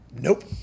nope